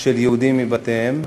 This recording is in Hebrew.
של יהודים מבתיהם.